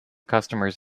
customers